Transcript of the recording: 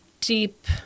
deep